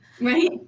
Right